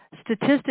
statistics